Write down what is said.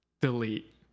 delete